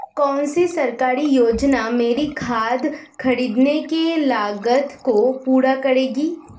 कौन सी सरकारी योजना मेरी खाद खरीदने की लागत को पूरा करेगी?